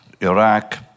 Iraq